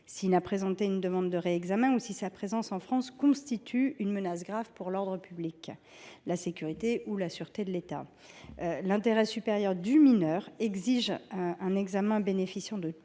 s’il a présenté une demande de réexamen ou si sa présence en France constitue une menace grave pour l’ordre public, la sécurité ou la sûreté de l’État. L’intérêt supérieur du mineur exige un examen bénéficiant de